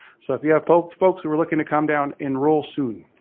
so if you have folks folks who are looking to come down, enroll soon.